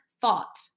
thought